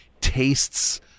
tastes